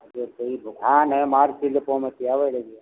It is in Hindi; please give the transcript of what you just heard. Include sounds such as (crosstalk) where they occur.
जो कोई दुकान है (unintelligible) उसमें